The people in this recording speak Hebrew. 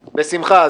בשמחה.